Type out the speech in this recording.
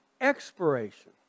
expiration